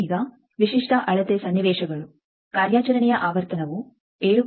ಈಗ ವಿಶಿಷ್ಟ ಅಳತೆ ಸನ್ನಿವೇಶಗಳು ಕಾರ್ಯಾಚರಣೆಯ ಆವರ್ತನವು 7